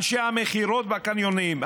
אנשי המכירות בקניונים,